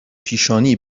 پیشانی